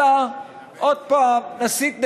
אלא עוד פעם נסית נגדם: